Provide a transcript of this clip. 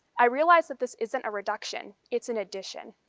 i realized that this isn't a reduction. it's an addition.